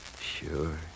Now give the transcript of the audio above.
Sure